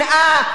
שנאה,